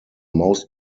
most